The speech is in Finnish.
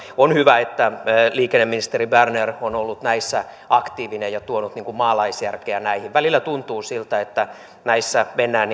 on hyvä että liikenneministeri berner on ollut näissä aktiivinen ja tuonut maalaisjärkeä näihin välillä tuntuu siltä että näissä mennään